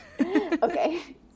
Okay